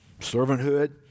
servanthood